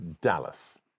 Dallas